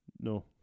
No